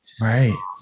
Right